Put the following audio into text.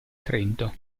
trento